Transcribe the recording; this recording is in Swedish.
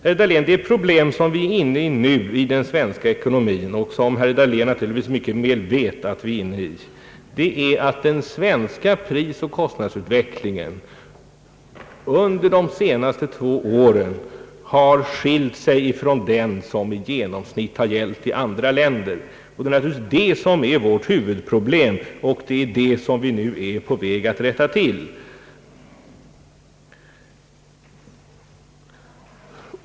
Herr Dahlén, det är ett problem som vi nu har i den svenska ekonomin — det vet herr Dahlén mycket väl — nämligen att den svenska prisoch kostnadsutvecklingen under de senaste två åren har skilt sig ifrån vad som i genomsnitt har gällt i andra länder. Detta är naturligtvis vårt huvudproblem, det är det som vi nu är på väg att rätta till.